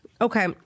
Okay